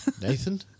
Nathan